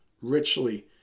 richly